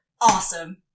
Awesome